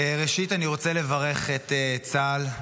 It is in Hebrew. ראשית אני רוצה לברך את צה"ל,